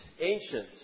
ancient